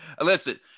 Listen